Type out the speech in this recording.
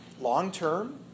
long-term